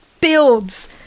builds